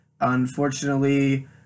unfortunately